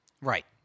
Right